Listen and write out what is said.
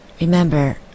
Remember